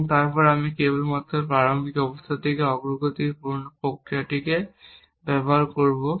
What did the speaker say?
এবং তারপরে আমি কেবলমাত্র প্রারম্ভিক অবস্থা থেকে অগ্রগতির পুরানো প্রক্রিয়াটি ব্যবহার করব